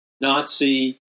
Nazi